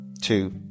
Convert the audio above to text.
Two